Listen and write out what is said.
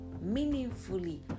meaningfully